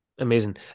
Amazing